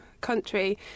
country